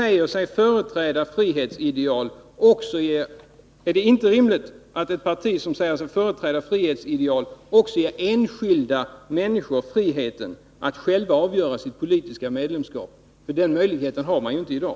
Är det inte rimligt att ett parti som säger sig företräda frihetsideal också ger enskilda människor friheten att själva avgöra sitt politiska medlemskap? Den möjligheten har man inte alltid i dag.